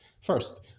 First